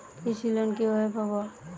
কৃষি লোন কিভাবে পাব?